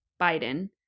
Biden